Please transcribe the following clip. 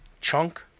chunk